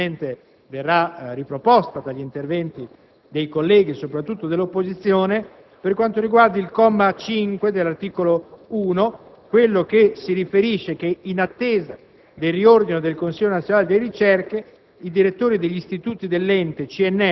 del fuoco. Vi è stata invece una discussione piuttosto accesa, che sicuramente verrà riproposta negli interventi dei colleghi soprattutto dell'opposizione, per quanto riguarda il comma 5 dell'articolo 1, in base al quale si dispone che in attesa